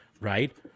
right